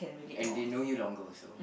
and they know you longer also